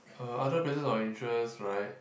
uh other places of interest right